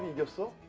group. so